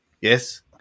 Yes